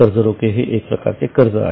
कर्ज रोखे हे एक प्रकारचे कर्ज आहे